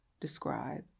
describe